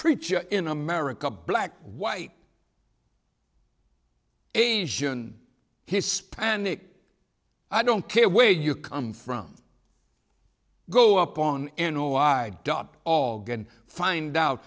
preacher in america black white asian hispanic i don't care way you come from go up on n o i dot org and find out